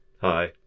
Hi